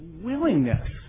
willingness